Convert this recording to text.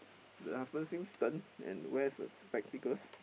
the husband seems stern and wears a spectacles